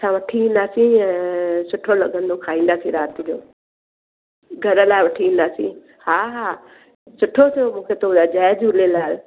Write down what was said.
असां वठी ईंदासीं ऐं सुठो लॻंदो खाईंदासि राति जो घर लाए वठी ईंदासीं हा हा सुठो थियो मूंखे तू रिझा जय झूलेलाल